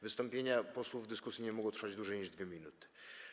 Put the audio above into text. Wystąpienia posłów w dyskusji nie mogą trwać dłużej niż 2 minuty.